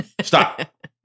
Stop